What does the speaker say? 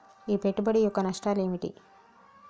ఈ పెట్టుబడి యొక్క నష్టాలు ఏమిటి?